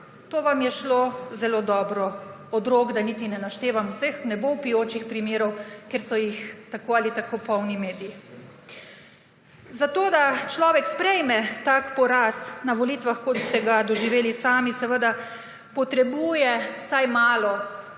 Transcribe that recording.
To vam je šlo zelo dobro od rok, da niti ne naštevam vseh vnebovpijočih primerov, ker so jih tako ali tako polni mediji. Zato, da človek sprejme tak poraz na volitvah, kot ste ga doživeli sami, seveda potrebuje vsaj malo